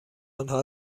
انها